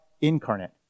incarnate